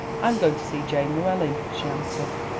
i am going to see jane llewellyn, she answered.